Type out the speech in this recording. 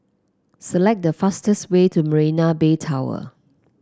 select the fastest way to Marina Bay Tower